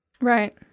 Right